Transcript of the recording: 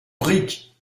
brique